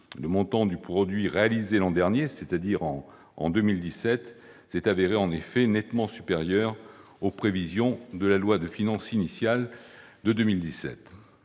Le montant du produit réalisé, l'an dernier, c'est-à-dire en 2017, s'est révélé en effet nettement supérieur aux prévisions de la loi de finances initiale de 2017.